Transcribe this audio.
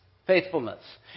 Faithfulness